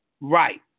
Right